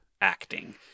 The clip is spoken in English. acting